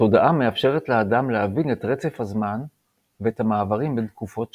התודעה מאפשרת לאדם להבין את רצף הזמן ואת המעברים בין תקופות שונות.